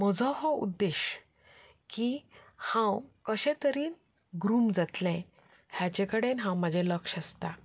म्हजो हो उद्देश की हांव कशेतरेन ग्रूम जातलें हाजे हांव म्हजें लक्ष आसतां